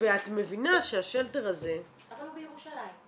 ואת מבינה שהשלטר הזה -- אבל הוא בירושלים.